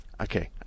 Okay